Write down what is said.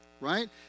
right